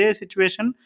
situation